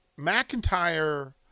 McIntyre